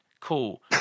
Cool